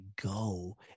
go